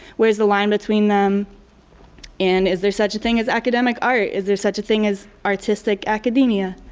where's the line between them and is there such a thing as academic art? is there such a thing as artistic academia?